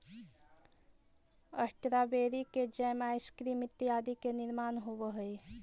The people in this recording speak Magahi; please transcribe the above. स्ट्रॉबेरी से जैम, आइसक्रीम इत्यादि के निर्माण होवऽ हइ